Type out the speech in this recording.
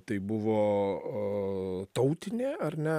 tai buvo tautinė ar ne